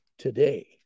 Today